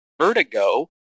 Vertigo